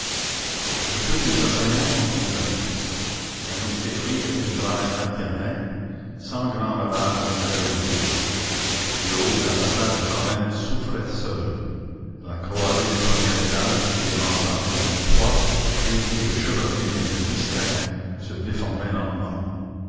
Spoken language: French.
le feu des assaillants continuait la mousqueterie et la mitraille alternaient sans grand ravage à la vérité le haut de la façade de corinthe souffrait seul la croisée du premier étage et les mansardes du toit criblées de chevrotines et de biscayens se déformaient lentement